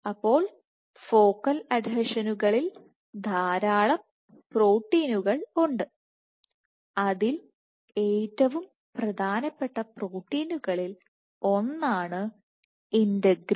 അപ്പോൾ ഫോക്കൽ അഡിഷനുകളിൽ ധാരാളം പ്രോട്ടീനുകൾ ഉണ്ട് അതിൽ ഏറ്റവും പ്രധാനപ്പെട്ട പ്രോട്ടീനുകളിൽ ഒന്നാണ് ഇന്റഗ്രിൻ